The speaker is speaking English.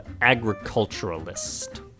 agriculturalist